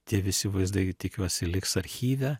tie visi vaizdai tikiuosi liks archyve